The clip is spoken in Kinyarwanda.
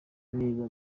niba